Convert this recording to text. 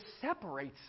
separates